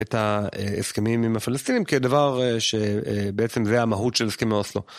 את ההסכמים עם הפלסטינים כדבר שבעצם זה המהות של הסכם האוסלו.